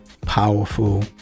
powerful